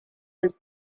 was